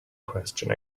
question